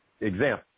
example